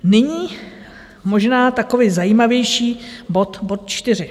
Nyní možná takový zajímavější bod bod čtyři.